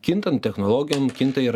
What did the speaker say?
kintant technologijom kinta ir